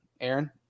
Aaron